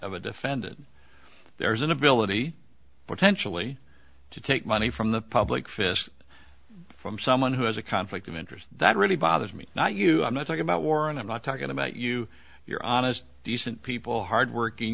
a defendant there is an ability potentially to take money from the public fish from someone who has a conflict of interest that really bothers me not you i'm not talking about warren i'm not talking about you you're honest decent people hardworking